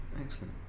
excellent